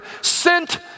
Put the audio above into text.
sent